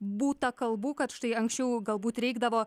būta kalbų kad štai anksčiau galbūt reikdavo